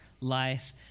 life